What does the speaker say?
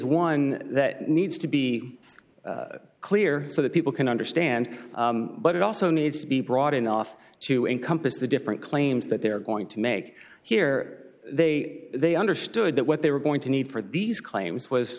one that needs to be clear so that people can understand but it also needs to be brought in off to encompass the different claims that they're going to make here they they understood that what they were going to need for these claims was